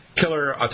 killer